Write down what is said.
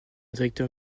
directeur